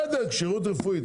זה בדוק,